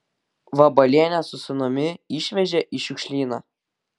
vabalienę su sūnumi išvežė į šiukšlyną